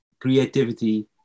creativity